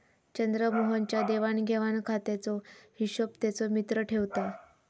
चंद्रमोहन च्या देवाण घेवाण खात्याचो हिशोब त्याचो मित्र ठेवता